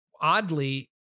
oddly